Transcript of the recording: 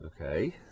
okay